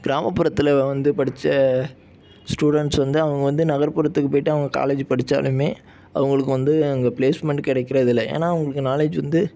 கிராமபுறத்தில் வந்து படித்த ஸ்டூடெண்ஸ் வந்து அவங்க வந்து நகர்புறத்துக்கு போய்ட்டு அவங்க காலேஜ் படித்தாலுமே அவங்களுக்கு வந்து அங்கே ப்ளேஸ்மெண்ட் கிடைக்கிறது இல்லை ஏன்னா அவங்களுக்கு நாலேஜ் வந்து